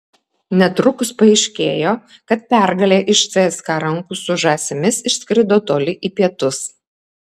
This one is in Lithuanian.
netrukus paaiškėjo kad pergalė iš cska rankų su žąsimis išskrido toli į pietus